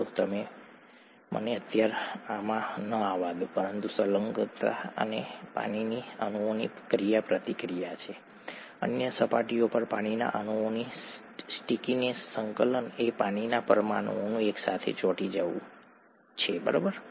તો મને અત્યારે આમાં ન આવવા દો પરંતુ સંલગ્નતા એ પાણીના અણુઓની ક્રિયાપ્રતિક્રિયા છે અન્ય સપાટીઓ પર પાણીના અણુઓની સ્ટીકીનેસ સંકલન એ પાણીના પરમાણુઓનું એકસાથે ચોંટી જવું છે ઠીક છે